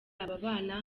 ababana